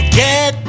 get